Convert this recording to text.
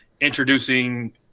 introducing